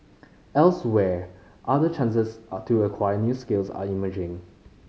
elsewhere other chances are to acquire new skills are emerging